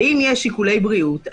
ואם יש שיקולי בריאות,